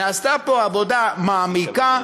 נעשתה פה עבודה מעמיקה,